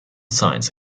science